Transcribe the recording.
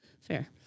Fair